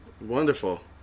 wonderful